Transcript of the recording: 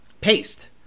paste